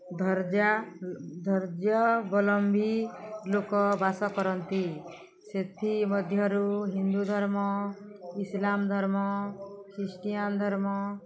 ଧର୍ଯ୍ୟା ଧୈର୍ଯ୍ୟବଲମ୍ବୀ ଲୋକ ବାସ କରନ୍ତି ସେଥିମଧ୍ୟରୁ ହିନ୍ଦୁ ଧର୍ମ ଇସ୍ଲାମ୍ ଧର୍ମ ଖ୍ରୀଷ୍ଟିଆନ୍ ଧର୍ମ